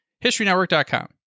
HistoryNetwork.com